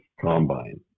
combine